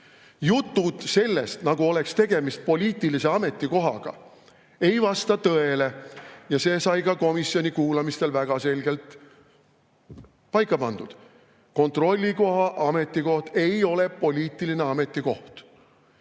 Jutud sellest, nagu oleks tegemist poliitilise ametikohaga, ei vasta tõele. See sai ka komisjoni kuulamistel väga selgelt paika pandud. Kontrollikoja ametikoht ei ole poliitiline ametikoht.